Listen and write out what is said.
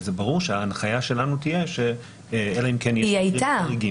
ברור שההנחיה שלנו תהיה --- היא הייתה.